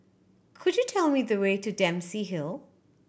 could you tell me the way to Dempsey Hill